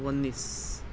انیس